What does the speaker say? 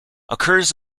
occurs